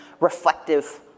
reflective